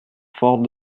fort